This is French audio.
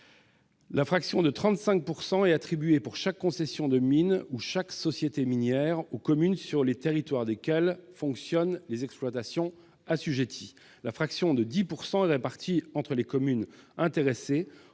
La fraction de 35 % est attribuée pour chaque concession de mines ou chaque société minière aux communes sur les territoires desquelles fonctionnent les exploitations assujetties. La fraction de 10 % est répartie entre les communes intéressées